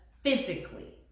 physically